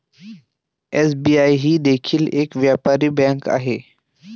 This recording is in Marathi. एस.बी.आई ही देखील एक व्यापारी बँक आहे